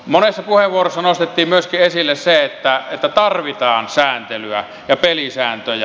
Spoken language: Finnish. monessa puheenvuorossa nostettiin esille myöskin se että tarvitaan sääntelyä ja pelisääntöjä